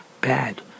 bad